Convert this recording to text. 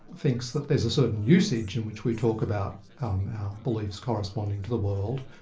thinks that there's a certain usage in which we talk about our beliefs corresponding to the world,